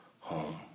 home